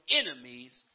enemies